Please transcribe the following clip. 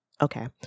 Okay